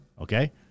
okay